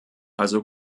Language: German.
also